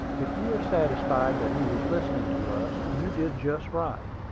if you are satisfied that he was listening to us, you did just right.